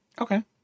Okay